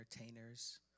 entertainers